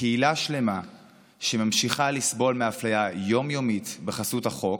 כקהילה שלמה שממשיכה לסבול מאפליה יום-יומית בחסות החוק,